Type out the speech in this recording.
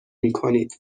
میکنید